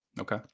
okay